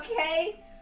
Okay